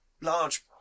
large